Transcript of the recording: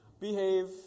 Behave